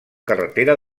carretera